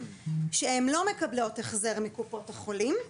כשהן לא מקבלות החזר מקופות החולים.